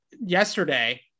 yesterday